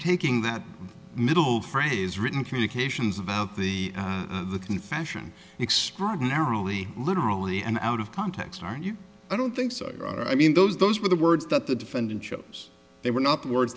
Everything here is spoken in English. taking that middle phrase written communications about the confession extraordinarily literally and out of context are you i don't think so i mean those those were the words that the defendant chose they were not wor